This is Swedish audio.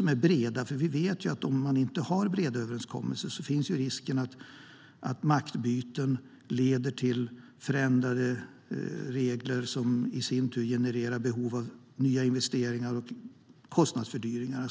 Om man inte har breda överenskommelser finns risken att maktskiften leder till förändrade regler som i sin tur genererar behov av nya investeringar och kostnadsökningar.